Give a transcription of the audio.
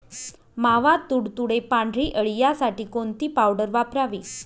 मावा, तुडतुडे, पांढरी अळी यासाठी कोणती पावडर वापरावी?